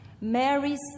Mary's